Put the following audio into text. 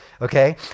Okay